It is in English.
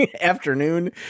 afternoon